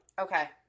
Okay